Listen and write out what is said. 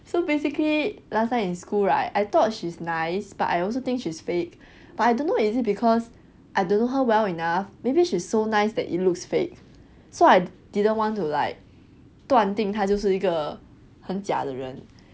so basically last time in school right I thought she's nice but I also think she's fake but I don't know is it because I don't know her well enough maybe she's so nice that it looks fake so I didn't want to like 断定他就是一个很假的人